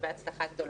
בהצלחה גדולה.